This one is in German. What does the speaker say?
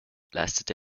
leistete